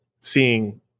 seeing